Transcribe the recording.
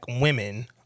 women